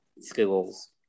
schools